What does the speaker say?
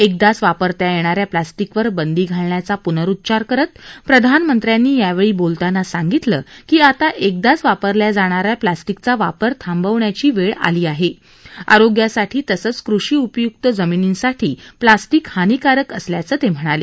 एकदाच वापरता यध्यान्या प्लास्टिकवर बंदी घालण्याचा पुनरुच्चार करत प्रधानमंत्रानी यावछी बोलताना सांगितलं की आता एकदाच वापरल्या जाणार्या प्लास्टिकचा वापर थांबवण्याची आली आहा आरोग्यासाठी तसंच कृषी उपयुक्त जमिनींसाठी प्लास्टिक हानीकारक असल्याचं त्यांनी सांगितलं